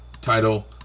title